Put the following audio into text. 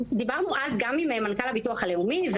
דיברנו אז גם עם מנכ"ל ביטוח לאומי -- מאיר שפיגלר.